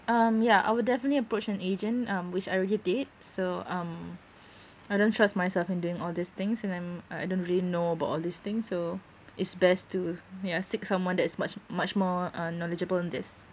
um yeah I will definitely approach an agent um which I already did so um I don't trust myself in doing all these things and then uh I don't really know about all these things so it's best to yeah seek someone that is much much more uh knowledgeable in this